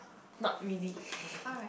not really